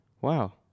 Wow